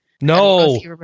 no